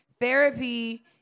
therapy